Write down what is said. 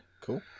Cool